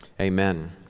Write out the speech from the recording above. Amen